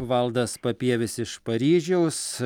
valdas papievis iš paryžiaus